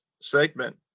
segment